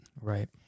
Right